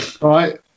right